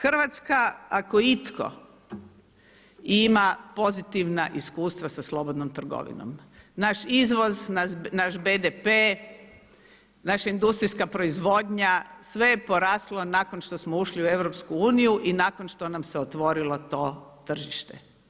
Hrvatska, ako itko ima pozitivna iskustva sa slobodnom trgovinom, naš izvoz, naš BDP, naša industrijska proizvodnja sve je poraslo nakon što smo ušli u EU i nakon što nam se otvorilo to tržište.